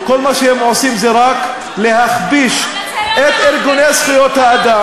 כל מה שהם עושים זה רק להכפיש את ארגוני זכויות האדם,